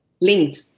linked